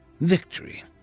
Victory